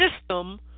system